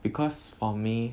because for me